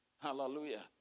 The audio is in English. Hallelujah